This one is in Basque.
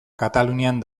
katalunian